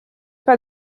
pas